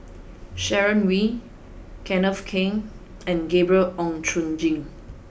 Sharon Wee Kenneth Keng and Gabriel Oon Chong Jin